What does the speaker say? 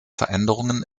veränderungen